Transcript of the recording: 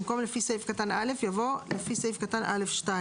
במקום "לפי סעיף קטן (א)" יבוא "לפי סעיף קטן (א)(2)".